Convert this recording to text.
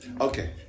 Okay